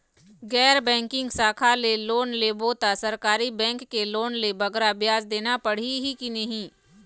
गैर बैंकिंग शाखा ले लोन लेबो ता सरकारी बैंक के लोन ले बगरा ब्याज देना पड़ही ही कि नहीं?